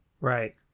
Right